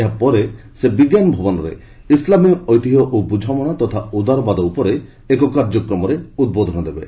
ଏହା ପରେ ସେ ବିଜ୍ଞାନ ଭବନରେ ଇସ୍ଲାମୀୟ ଐତିହ୍ୟ ଓ ବୁଝାମଣା ତଥା ଉଦାରବାଦ ଉପରେ ଏକ କାର୍ଯ୍ୟକ୍ରମରେ ଉଦ୍ବୋଧନ ଦେବେ